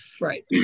Right